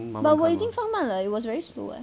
but 我已经放慢了 it was very slow